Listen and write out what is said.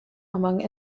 among